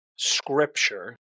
scripture